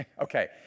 Okay